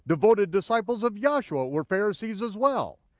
devoted disciples of yahshua, were pharisees as well.